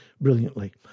brilliantly